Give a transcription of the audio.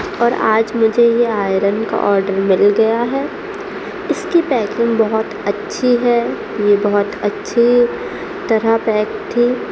اور آج مجھے یہ آئرن کا آڈر مل گیا ہے اس کی پیکنگ بہت اچھی ہے یہ بہت اچھی طرح پیک تھی